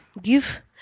give